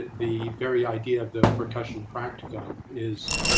the very idea of the percussion practicum is,